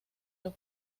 los